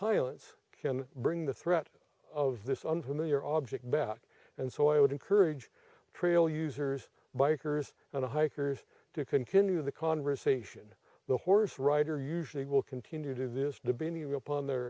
silence can bring the threat of this unfamiliar object back and so i would encourage trail users bikers and hikers to continue the conversation the horse rider usually will continue to this debate even upon their